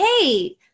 hey